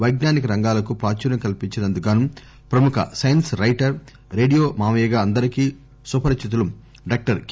పైజ్ఞానిక రంగాలకు ప్రాచుర్యం కల్పించినందుకు గాను ప్రముఖ సైన్స్ రైటర్ రేడియో మావయ్యగా అందరికీ సుపరిచితులు డాక్టర్ కె